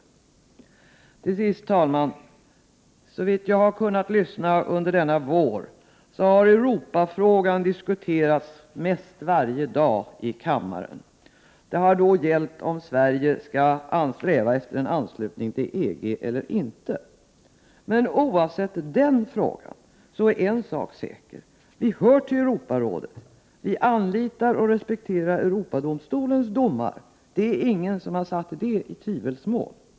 Herr talman! Såvitt jag har kunnat lyssna under denna vår har Europafrågor diskuterats mest varje dag i riksdagen. Det har gällt om Sverige skall sträva efter en anslutning till EG eller inte. Oavsett den frågan är en sak säker: Vi hör till Europarådet. Vi anlitar och respekterar Europadomstolens domar. Det har ingen satt i tvivelsmål.